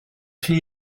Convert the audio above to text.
chi